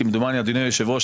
כמדומני אדוני היושב-ראש,